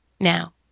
now